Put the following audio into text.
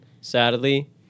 Sadly